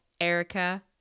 Erica